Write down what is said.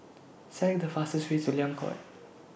Select The fastest Way to Liang Court